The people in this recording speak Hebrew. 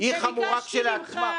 החוק הזה יגיע לבחינה,